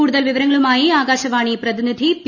കൂടുതൽ വിവരങ്ങളുമായി ആകാശവാണി പ്രതിനിധി പി